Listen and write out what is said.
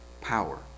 Power